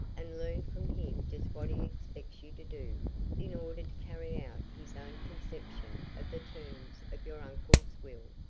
and learn from him just what he expects you to do in order to carry out his own conception of the terms of your uncle's will.